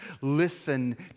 Listen